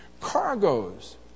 Cargoes